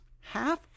half